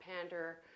pander